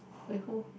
wait who